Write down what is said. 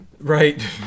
Right